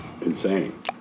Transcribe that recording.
insane